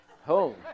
Home